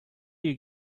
you